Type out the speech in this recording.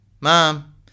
Mom